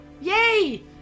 yay